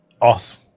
awesome